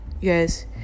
yes